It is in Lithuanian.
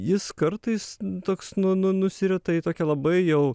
jis kartais toks nu nu nusirita į tokią labai jau